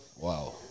Wow